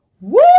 Woo